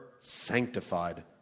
sanctified